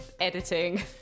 Editing